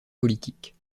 politiques